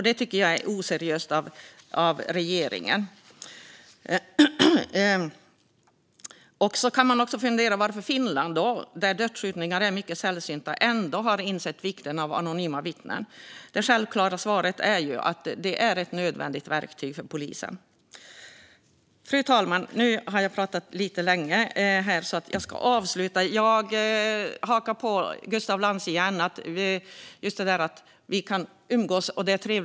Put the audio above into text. Det är oseriöst av regeringen. Man kan också fundera över varför Finland, där dödsskjutningar är mycket sällsynta, ändå har insett vikten av anonyma vittnen. Det är självklart att svaret är att möjligheten att använda anonyma vittnen är ett nödvändigt verktyg för polisen. Fru talman! Nu har jag pratat länge, men låt mig avsluta med att haka på Gustaf Lantz. Det är trevligt att vi kan umgås.